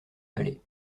vallée